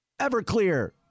Everclear